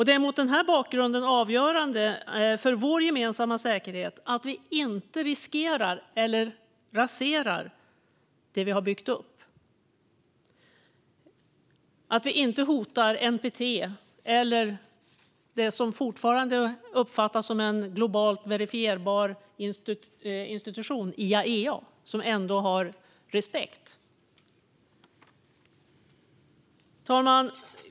Det är mot denna bakgrund avgörande för vår gemensamma säkerhet att vi inte riskerar eller raserar det vi har byggt upp och att vi inte hotar NPT eller IAEA, som fortfarande uppfattas som en globalt verifierbar institution och som ändå har respekt. Fru talman!